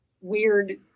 weird